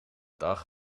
dag